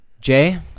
Jay